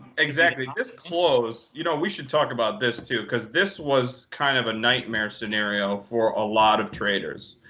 exactly. this close, you know we should talk about this, too, because this was kind of a nightmare scenario for a lot of traders,